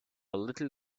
little